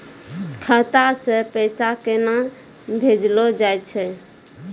खाता से पैसा केना भेजलो जाय छै?